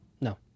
no